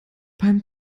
beim